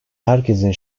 herkesin